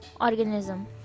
organism